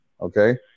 Okay